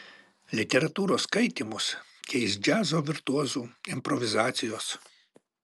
literatūros skaitymus keis džiazo virtuozų improvizacijos